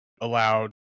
allowed